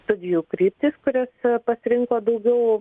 studijų kryptys kurias pasirinko daugiau